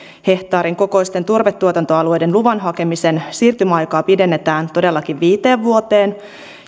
hehtaarin kokoisten turvetuotantoalueiden luvan hakemisen siirtymäaikaa pidennetään todellakin viiteen vuoteen